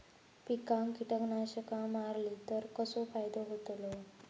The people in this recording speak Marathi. पिकांक कीटकनाशका मारली तर कसो फायदो होतलो?